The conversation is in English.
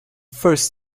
first